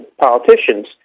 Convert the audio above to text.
politicians